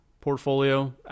portfolio